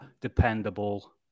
Dependable